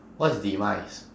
what's demise